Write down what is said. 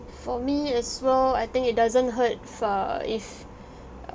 for me as well I think it doesn't hurt f~ uh if